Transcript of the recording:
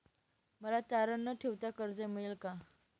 मला तारण न ठेवता कर्ज मिळेल का?